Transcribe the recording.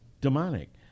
demonic